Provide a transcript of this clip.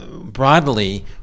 Broadly